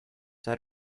had